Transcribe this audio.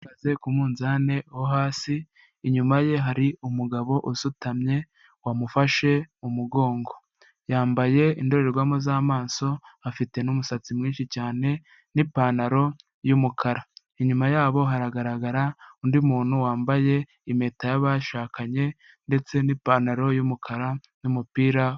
Umwana uhagaze ku munzani wo hasi, inyuma ye hari umugabo usutamye wamufashe mu mugongo, yambaye indorerwamo z'amaso, afite n’umusatsi mwinshi cyane, n’ipantaro y’umukara. Inyuma yabo haragaragara undi muntu wambaye impeta yab’abashakanye, ndetse n'ipantaro y’umukara n’umupira.